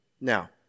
now